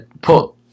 put